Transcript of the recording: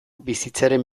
bizitzaren